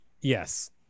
Yes